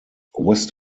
west